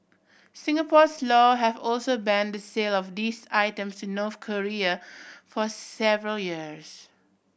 Singapore's law have also ban the sale of these items to North Korea for several years